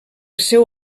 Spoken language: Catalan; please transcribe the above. seu